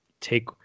take